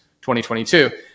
2022